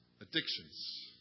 addictions